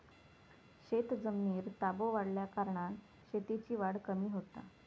शेतजमिनीर ताबो वाढल्याकारणान शेतीची वाढ कमी होता